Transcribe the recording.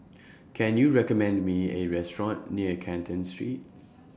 Can YOU recommend Me A Restaurant near Canton Street